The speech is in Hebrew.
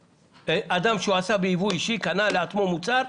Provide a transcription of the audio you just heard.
אדם שרכש בייבוא אישי, קנה לעצמו מוצר,